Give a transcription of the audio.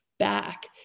back